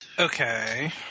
Okay